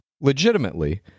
legitimately